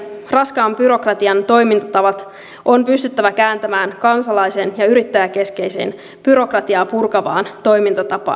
hallintokeskeisen raskaan byrokratian toimintatavat on pystyttävä kääntämään kansalais ja yrittäjäkeskeiseen byrokratiaa purkavaan toimintatapaan